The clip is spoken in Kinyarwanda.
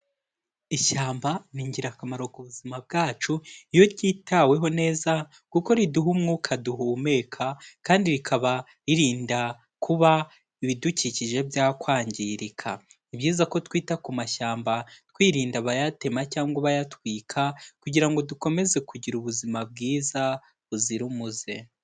Ishyamba ni ingirakamaro ku buzima bwacu, iyo ryitaweho neza kuko riduha umwuka duhumeka kandi rikaba irinda kuba ibidukikije byakwangirika, ni byiza ko twita ku mashyamba, twirinda bayatema cyangwa abayatwika kugira ngo dukomeze kugira ubuzima bwiza buzira umuze.